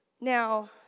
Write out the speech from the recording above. Now